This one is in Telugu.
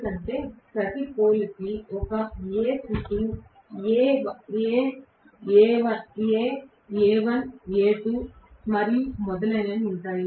ఎందుకంటే ప్రతి పోల్ కి ఒక A sitting A A A1 A2 మరియు మొదలైనవి ఉంటాయి